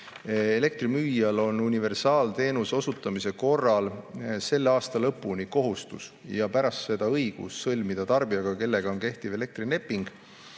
elektrimüüjal on universaalteenuse osutamise korral selle aasta lõpuni kohustus ja pärast seda õigus sõlmida tarbijaga, kellega on kehtiv elektrileping